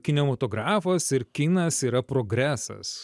kinematografas ir kinas yra progresas